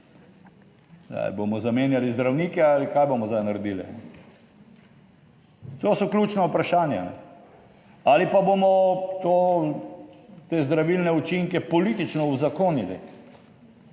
Bomo zamenjali zdravnike ali kaj bomo zdaj naredili - to so ključna vprašanja - ali pa bomo to, te zdravilne učinke politično uzakonili?